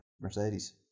Mercedes